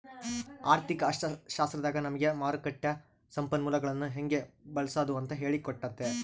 ಆರ್ಥಿಕ ಅರ್ಥಶಾಸ್ತ್ರದಾಗ ನಮಿಗೆ ಮಾರುಕಟ್ಟ ಸಂಪನ್ಮೂಲಗುಳ್ನ ಹೆಂಗೆ ಬಳ್ಸಾದು ಅಂತ ಹೇಳಿ ಕೊಟ್ತತೆ